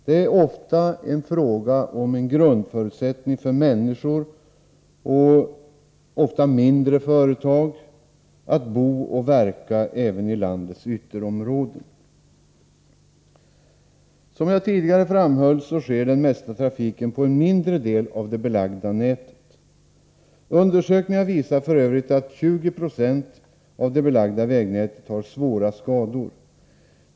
De är ofta en grundförutsättning för att människor skall kunna bo och verka — ofta i mindre företag — även i landets ytterområde. Som jag tidigare framhöll sker den mesta trafiken på en mindre del av det belagda vägnätet. Undersökningar visar f.ö. att 20 20 av det belagda vägnätet har svåra skador.